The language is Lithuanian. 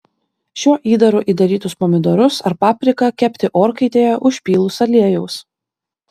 šiuo įdaru įdarytus pomidorus ar papriką kepti orkaitėje užpylus aliejaus